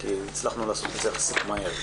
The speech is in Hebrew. כי הצלחנו לעשות את זה יחסית מהר.